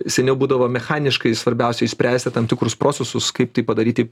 seniau būdavo mechaniškai svarbiausia išspręsti tam tikrus procesus kaip tai padaryti